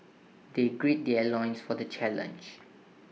they grill their loins for the challenge